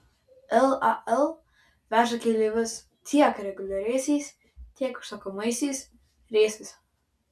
lal veža keleivius tiek reguliariaisiais tiek užsakomaisiais reisais